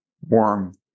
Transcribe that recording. warm